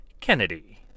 Kennedy